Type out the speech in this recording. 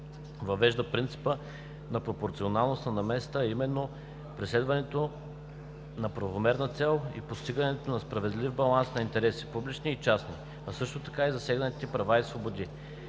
въвежда принципът на пропорционалност на намесата, а именно преследването на правомерна цел и постигането на справедлив баланс на интересите – публични и частни, а също така и на засегнатите права и свободи.